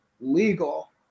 legal